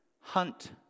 hunt